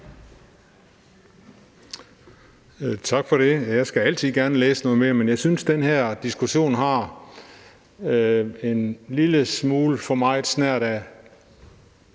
Tak for det. Jeg vil altid gerne læse noget mere, men jeg synes, at den her diskussion har lidt for meget en snert af